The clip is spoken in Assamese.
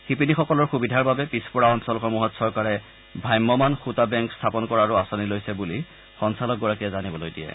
শিপিনীসকলৰ সুবিধাৰ বাবে পিচপৰা অঞ্চলসমূহত চৰকাৰে ভাম্যমাণ সুতাবেংক স্থাপন কৰাৰো আঁচনি লৈছে বুলি সঞ্চালকগৰাকীয়ে জানিবলৈ দিয়ে